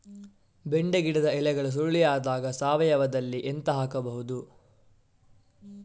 ಬೆಂಡೆ ಗಿಡದ ಎಲೆಗಳು ಸುರುಳಿ ಆದಾಗ ಸಾವಯವದಲ್ಲಿ ಎಂತ ಹಾಕಬಹುದು?